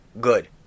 good